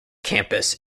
campus